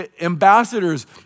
Ambassadors